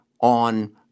on